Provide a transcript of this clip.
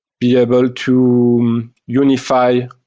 be able to unify